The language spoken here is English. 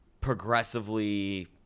progressively